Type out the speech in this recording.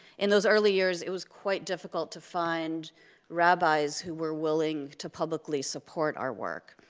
in those early years, it was quite difficult to find rabbis who were willing to publicly support our work.